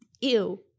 ew